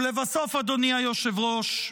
ולבסוף, אדוני היושב-ראש,